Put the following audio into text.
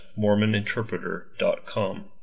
mormoninterpreter.com